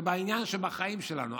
זה עניין שבחיים שלנו.